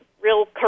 real